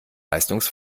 leistungs